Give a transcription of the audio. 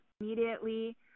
immediately